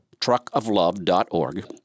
Truckoflove.org